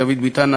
דוד ביטן,